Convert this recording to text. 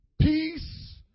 peace